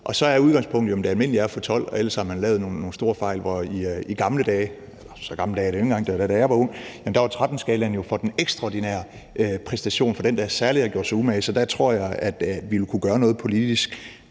Og så er udgangspunktet jo, at det almindelige er at få 12, og ellers har man lavet nogle store fejl, hvorimod det var sådan i gamle dage – og så gamle dage er det ikke engang; det var, da jeg var ung – at der var 13-tallet jo for den ekstraordinære præstation, altså for den, der særlig havde gjort sig umage. Så der tror jeg vi ville kunne gøre noget politisk,